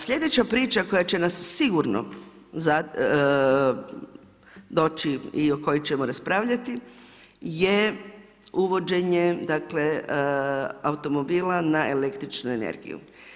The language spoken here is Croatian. Sljedeća priča koja će nas sigurno doći i o kojoj ćemo raspravljati je uvođenje dakle, automobila na električnu energiju.